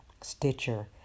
Stitcher